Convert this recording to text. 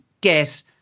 get